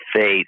faith